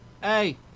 Hey